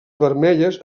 vermelles